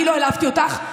אני לא העלבתי אותך,